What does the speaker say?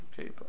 Okay